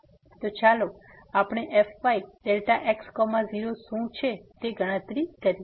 તો ચાલો આપણે fyΔx0 શું છે તે ગણતરી કરીએ